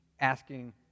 asking